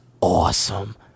awesome